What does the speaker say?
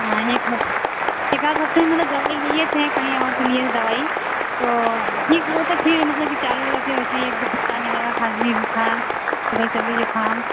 हाँ एक हफ़ एकाध हफ़्ते मतलब दवाई लिए थें कहीं और से लिए दवाई तो ठीक हुआ था फिर मतलब कि चालू हो गया फिर वैसे ही बुखार आने लगा खाँसी बुखार वही सर्दी ज़ुकाम